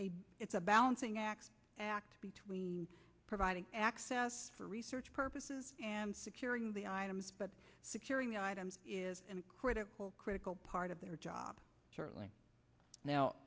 it's a balancing act between providing access for research purposes and securing the items but securing the items is critical critical part of their job certainly now